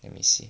let me see